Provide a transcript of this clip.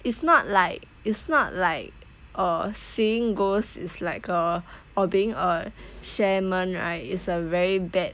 it's not like it's not like err seeing ghosts is like a or being a shaman right it's a very bad